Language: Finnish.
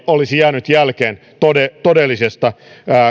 olisi jäänyt jälkeen todellisesta